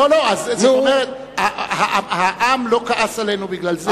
זאת אומרת, העם לא כעס עלינו בגלל זה.